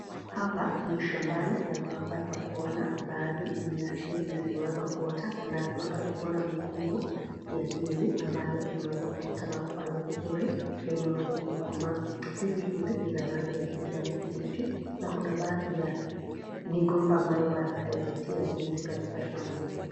Hapa ni shambani na tunapata kuona baadhi ya ndizi zimeweza kuota na tunapata kuona mikungu ya ndizi ambayo imeweza Kuota na kufanya vizuri na imeweza kukomaa. Ndizi hizi kuna rangi ya kijani kibichi na kuna baadhi ya migomba ambayo bado haijatia ndizi katika shamba hili.